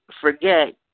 forget